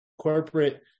corporate